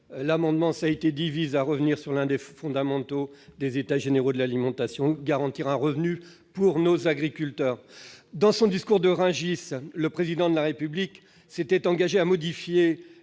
précédents, vise à revenir sur l'un des fondamentaux des États généraux de l'alimentation : garantir un revenu à nos agriculteurs. Dans son discours de Rungis, le Président de la République s'était engagé à modifier